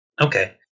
Okay